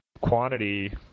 quantity